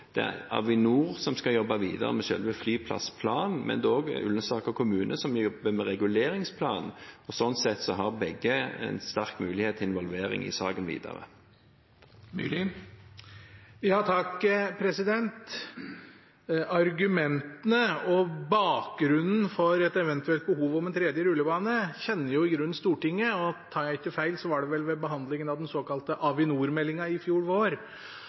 Det er Avinor som skal jobbe videre med selve flyplassplanen, men dog er det Ullensaker kommune som jobber med reguleringsplanen. Sånn sett har begge en sterk mulighet til involvering i saken videre. Argumentene og bakgrunnen for et eventuelt behov for en tredje rullebane, kjenner i grunnen Stortinget. Og tar jeg ikke feil, var det vel ved behandlingen av den såkalte Avinor-meldingen i fjor vår